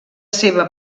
seva